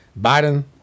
Biden